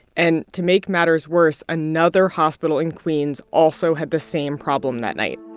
and to make matters worse, another hospital in queens also had the same problem that night.